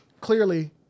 clearly